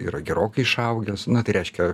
yra gerokai išaugęs na tai reiškia